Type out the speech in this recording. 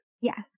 Yes